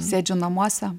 sėdžiu namuose